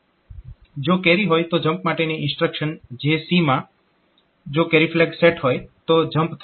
જો કેરી હોય તો જમ્પ માટેની ઇન્સ્ટ્રક્શન JC માં જો કેરી ફ્લેગ સેટ હોય તો જમ્પ થાય છે